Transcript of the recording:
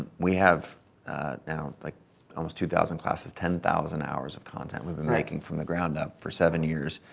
we have now like almost two thousand classes, ten thousand hours of content we've been making from the ground up for seven years.